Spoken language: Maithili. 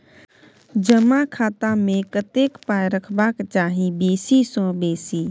जमा खाता मे कतेक पाय रखबाक चाही बेसी सँ बेसी?